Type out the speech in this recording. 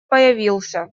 появился